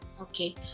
Okay